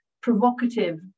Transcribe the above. provocative